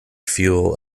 fuel